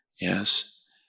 yes